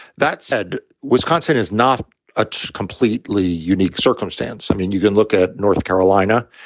that said, wisconsin is not a completely unique circumstance. i mean, you can look at north carolina,